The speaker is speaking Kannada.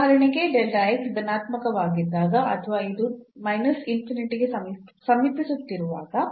ಉದಾಹರಣೆಗೆ ಧನಾತ್ಮಕವಾಗಿದ್ದಾಗ ಅಥವಾ ಇದು ಗೆ ಸಮೀಪಿಸುತ್ತಿರುವಾಗ